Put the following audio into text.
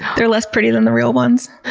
they're less pretty than the real ones.